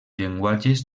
llenguatges